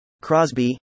Crosby